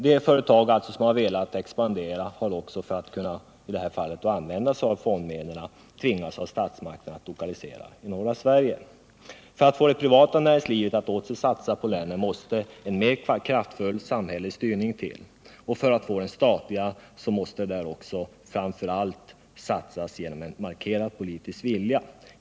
De företag som velat expandera och använda fondmedlen har i dessa fall av statsmakterna tvingats att lokalisera sig i norra Sverige. För att få det privata näringslivet att åter satsa på länet krävs en mer kraftfull samhällelig styrning. För att få dit statlig företagsamhet måste man framförallt visa en klar politisk vilja.